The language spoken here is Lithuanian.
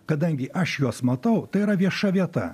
kadangi aš juos matau tai yra vieša vieta